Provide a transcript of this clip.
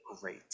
great